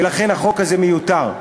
ולכן החוק הזה מיותר.